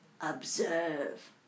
Observe